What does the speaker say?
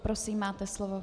Prosím, máte slovo.